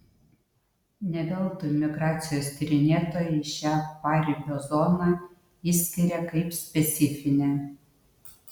ne veltui migracijos tyrinėtojai šią paribio zoną išskiria kaip specifinę